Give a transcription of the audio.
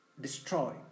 destroy